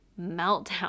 meltdown